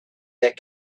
that